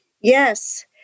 Yes